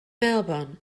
melbourne